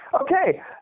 Okay